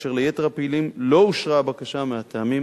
כאשר ליתר הפעילים לא אושרה הבקשה מהטעמים